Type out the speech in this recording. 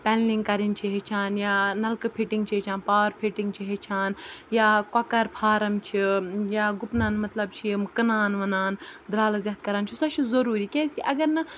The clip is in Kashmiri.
پٮ۪نلِنٛگ کَرٕنۍ چھِ ہیٚچھان یا نلکہٕ فِنٹِنٛگ چھِ ہیٚچھان پاوَر فِٹِنٛگ چھِ ہیٚچھان یا کۄکَر فارَم چھِ یا گُپنَن مطلب چھِ یِم کٕنان وٕنان درٛالٕز یَتھ کَران چھِ سۄ چھِ ضٔروٗری کیٛازِکہِ اگر نہٕ